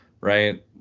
right